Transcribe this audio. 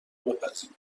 بپذیری